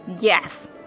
Yes